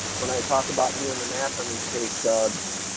when i talk about doing the math on these pay stubs,